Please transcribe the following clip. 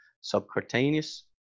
subcutaneous